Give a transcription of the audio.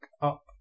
up